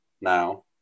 now